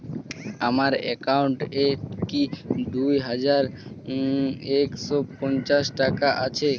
আমার অ্যাকাউন্ট এ কি দুই হাজার দুই শ পঞ্চাশ টাকা আছে?